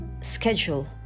schedule